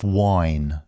wine